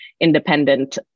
independent